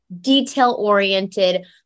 detail-oriented